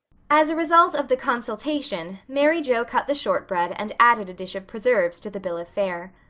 as a result of the consultation, mary joe cut the shortbread and added a dish of preserves to the bill of fare.